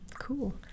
Cool